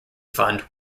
fund